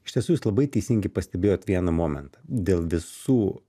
iš tiesų jūs labai teisingai pastebėjot vieną momentą dėl visų